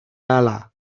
ahala